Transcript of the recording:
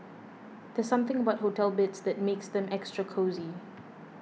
there's something about hotel beds that makes them extra cosy